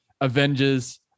Avengers